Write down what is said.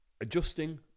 adjusting